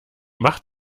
mach